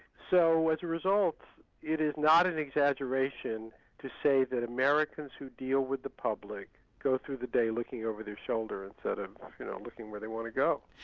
so as a result it is not an exaggeration to say that americans who deal with the public go through the day looking over their shoulder instead of you know looking where they want to go.